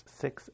six